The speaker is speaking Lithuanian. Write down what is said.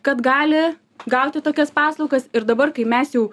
kad gali gauti tokias paslaugas ir dabar kai mes jau